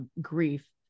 grief